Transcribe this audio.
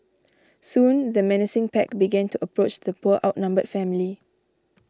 soon the menacing pack began to approach the poor outnumbered family